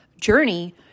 journey